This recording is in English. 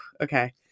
okay